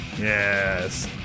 Yes